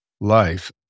life